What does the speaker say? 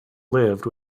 lived